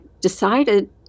decided